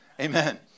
Amen